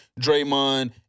Draymond